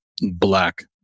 black